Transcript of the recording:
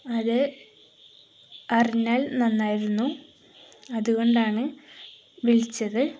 അത് അറിഞ്ഞാൽ നന്നായിരുന്നു അതുകൊണ്ടാണ് വിളിച്ചത്